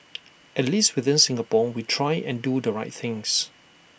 at least within Singapore we try and do the right things